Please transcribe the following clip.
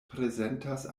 prezentas